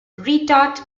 retort